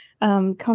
Come